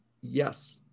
yes